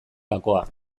gakoa